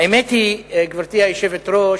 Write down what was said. האמת היא, גברתי היושבת-ראש,